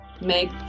make